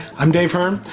i'm dave hearn,